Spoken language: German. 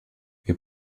wir